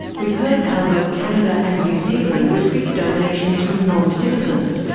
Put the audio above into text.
we've heard how both canada and new zealand restrict donations from non-citizens,